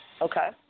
Okay